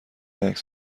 عکس